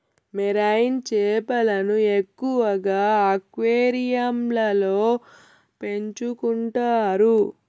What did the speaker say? marine చేపలను ఎక్కువగా అక్వేరియంలలో పెంచుకుంటారు